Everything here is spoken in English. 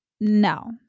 no